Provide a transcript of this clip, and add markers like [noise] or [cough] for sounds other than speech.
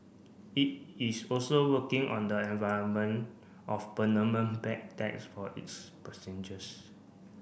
it is also working on the environment of [unintelligible] bag tag is for its passengers